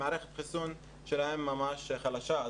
מערכת החיסון שלהם ממש חלשה,